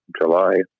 July